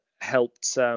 helped